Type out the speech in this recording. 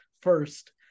first